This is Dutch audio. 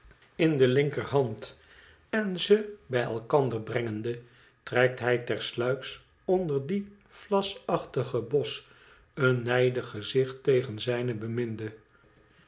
in de linkerhand en ze bij elkander brengende trekt hij tersluiks onder dien vlasachtigen bos een nijdig gezicht tegen zijne beminde